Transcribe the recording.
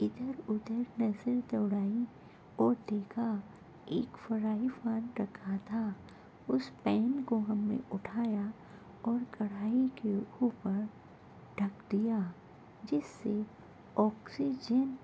ادھر ادھر نظر دوڑائی اور دیکھا ایک فرائی فان رکھا تھا اس پین کو ہم نے اٹھایا اور کڑاہی کے اوپر ڈھک دیا جس سے آکسیجن